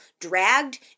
dragged